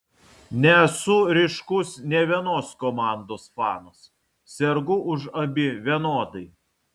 nesu ryškus nė vienos komandos fanas sergu už abi vienodai